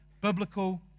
biblical